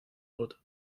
mode